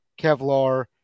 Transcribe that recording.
Kevlar